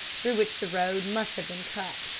through which the road must have been cut.